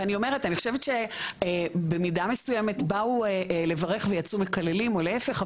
ואני אומרת אני חושבת שבמידה מסוימת באו לברך ויצאו מקללים או להיפך,